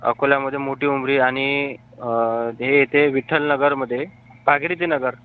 अकोल्यामध्ये मोठी उमरी आणि हे ते विठ्ठलनगरमध्ये भागिरथीनगर